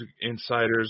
insiders